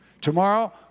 Tomorrow